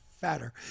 fatter